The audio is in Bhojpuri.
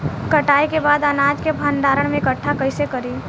कटाई के बाद अनाज के भंडारण में इकठ्ठा कइसे करी?